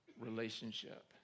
relationship